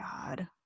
God